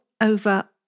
over